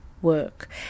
work